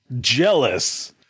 jealous